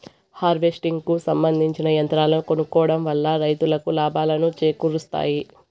harvesting కు సంబందించిన యంత్రాలను కొనుక్కోవడం వల్ల రైతులకు లాభాలను చేకూరుస్తాయి